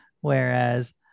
Whereas